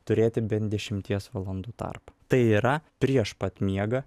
turėti bent dešimties valandų tarpą tai yra prieš pat miegą